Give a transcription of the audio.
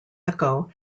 echo